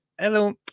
Hello